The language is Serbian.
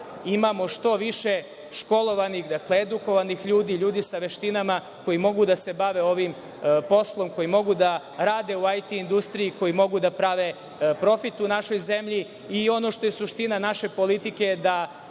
imamo što više školovanih, dakle, edukovanih ljudi, ljudi sa veštinama koji mogu da se bave ovim poslom, koji mogu da rade u IT industriji, koji mogu da prave profit u našoj zemlji. Ono što je suština naše politike da